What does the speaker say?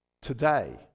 today